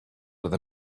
the